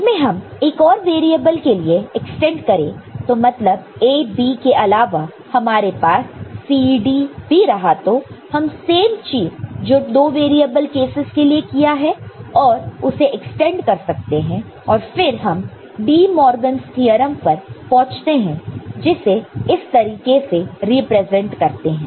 इसमें हम एक और वेरिएबल के लिए एक्सटेंड करें तो मतलब A B के अलावा हमारे पास C D भी रहा तो हम सेम चीज जो 2 वेरिएबल केसस के लिए किया है उसे एक्सटेंड कर सकते हैं और फिर हम De Morgan theorem De Morgan's Theorem पर पहुंचते हैं जिसे इस तरीके से रिप्रेजेंट करते हैं